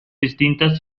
distintas